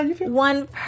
one